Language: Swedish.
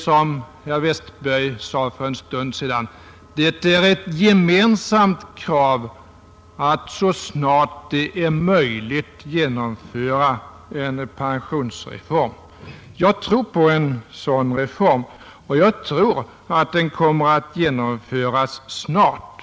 Som herr Westberg i Ljusdal sade för en stund sedan är det ett gemensamt krav att så snart det är möjligt genomföra en pensionsreform Jag tror på en sådan reform, och jag tror att den kommer att genomföras snart.